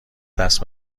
دست